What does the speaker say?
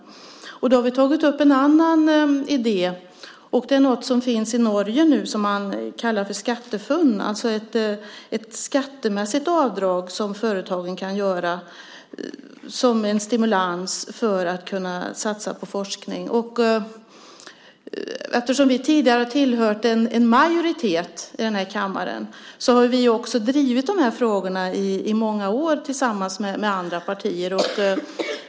Då har vi tagit upp en annan idé. Det är något som finns i Norge nu som man kallar för SkatteFUNN, ett skattemässigt avdrag som företagen kan göra som en stimulans för att kunna satsa på forskning. Eftersom vi tidigare har tillhört en majoritet i den här kammaren har vi också drivit de här frågorna i många år tillsammans med andra partier.